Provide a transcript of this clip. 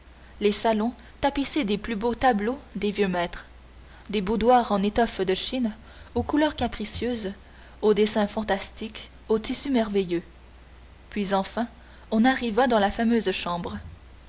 les salons tapissés des plus beaux tableaux des vieux maîtres des boudoirs en étoffes de chine aux couleurs capricieuses aux dessins fantastiques aux tissus merveilleux puis enfin on arriva dans la fameuse chambre